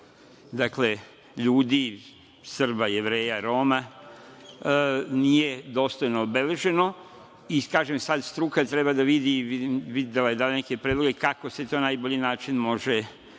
hiljada, ljudi, Srba, Jevreja i Roma, nije dostojno obeleženo. Kažem, sada struka treba da vidi, da da neke predloge, kako se to na najbolji način može